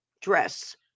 dress